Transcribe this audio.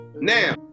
Now